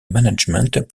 management